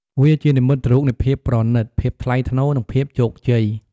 វាជានិមិត្តរូបនៃភាពប្រណីត ភាពថ្លៃថ្នូរ និងភាពជោគជ័យ។